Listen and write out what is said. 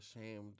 ashamed